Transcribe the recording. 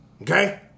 Okay